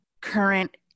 current